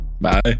Bye